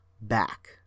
back